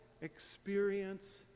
experience